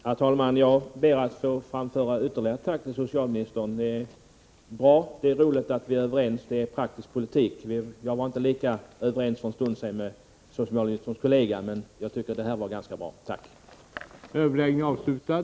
Herr talman! Jag ber att få framföra ytterligare ett tack till socialministern. Det är roligt att vi är överens — det gäller praktisk politik. Jag var inte lika överens med socialministerns statsrådskollega för en stund sedan, men jag tycker att det här var ett ganska bra besked.